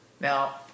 Now